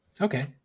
Okay